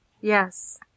Yes